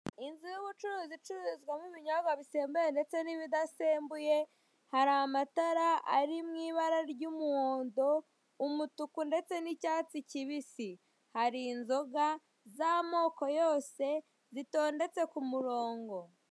Inzu y'ubucuruzi icururizwamo ibinyobwa bisembuye ndetse n'ibidasembuye hari amatara arimo ibara ry'umuhondo, umutuku ndetse n'icyatsi kibisi, hari inzoga z'amoko yose zitondetse ku murongo.